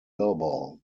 lobo